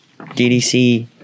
DDC